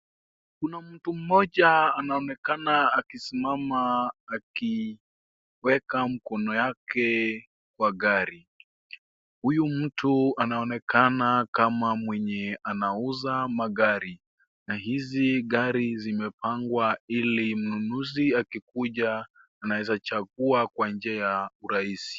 Kuna mtu mmoja anaonekana akisimama akiweka mkono yake kwa gari. Huyu mtu anaonekana kama mwenye anauza magari, na hizi gari zimepangwa ili mnunuzi akikuja anaweza chagua kwa njia urahisi.